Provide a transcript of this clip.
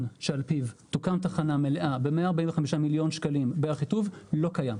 שעל-פיו תוקם תחנה מלאה ב-145 מיליון שקלים באחיטוב לא קיים.